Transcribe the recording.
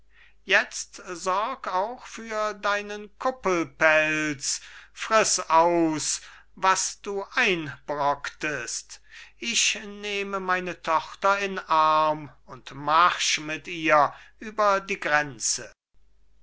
jetzt sorg auch für deinen kuppelpelz friß aus was du einbrocktest ich nehme meine tochter in arm und marsch mit ihr über die grenze